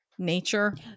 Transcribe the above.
nature